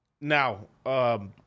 now